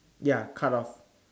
ya cut off